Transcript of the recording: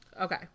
Okay